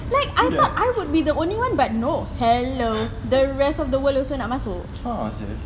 like I thought I would be the only one but no hello the rest of the world also nak masuk